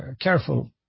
careful